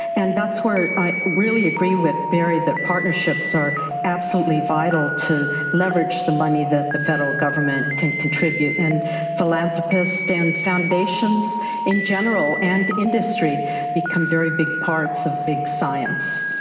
and that's where i really agree with barry, that partnerships are absolutely vital to leverage the money that the federal government can contribute. and philanthropists and foundations in general and industry become very big parts of big science.